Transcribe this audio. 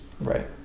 Right